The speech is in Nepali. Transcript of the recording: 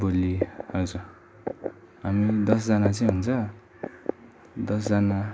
भोलि हजुर हामी दसजना चाहिँ हुन्छ दसजना